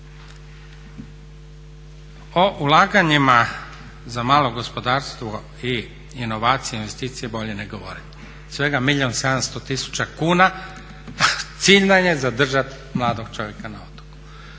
O ulaganjima za malo gospodarstvo i inovacije, investicije bolje ne govorit. Svega milijun 700 tisuća kuna, a cilj nam je zadržat mladog čovjeka na otoku.